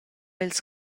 ils